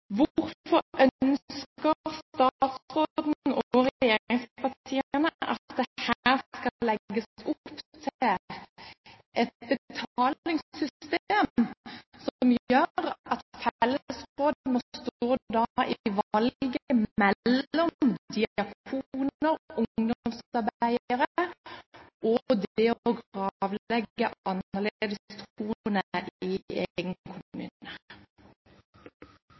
Hvorfor ønsker statsråden og regjeringspartiene at det her skal legges opp til et betalingssystem som gjør at fellesrådene må stå i valget mellom det å ha råd til diakoner og ungdomsarbeidere og det å gravlegge annerledes